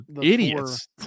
idiots